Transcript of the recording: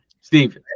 Steve